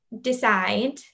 decide